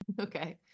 Okay